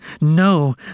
No